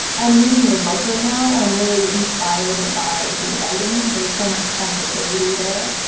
i'm reading your book right now and i'm really inspired by your writing. there's so much sensitivity there.